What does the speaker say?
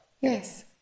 Yes